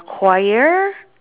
choir